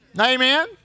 Amen